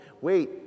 wait